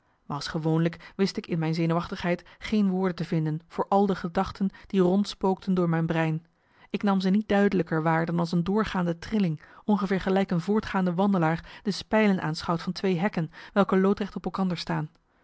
woonlijk wist ik in mijn zenuwachtigheid geen woorden te vinden voor al de gedachten die rondspookten door mijn brein ik nam ze niet duidelijker waar dan als een doorgaande trilling ongeveer gelijk een voortgaande wandelaar de spijlen aanschouwt van twee hekken welke loodrecht op elkander staan